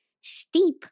steep